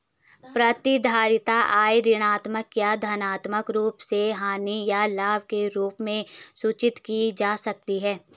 प्रतिधारित आय ऋणात्मक या धनात्मक रूप से हानि या लाभ के रूप में सूचित की जाती है